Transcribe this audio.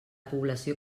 població